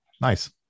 Nice